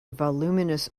voluminous